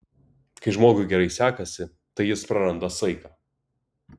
kai žmogui gerai sekasi tai jis praranda saiką